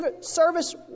service